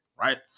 right